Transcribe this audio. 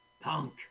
Punk